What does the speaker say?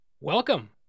Welcome